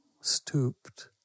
stooped